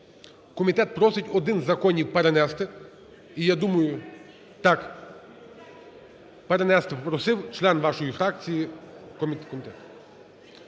Комітет просить один із законів перенести. І я думаю… Так, перенести просив член вашої фракції… комітету.